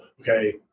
okay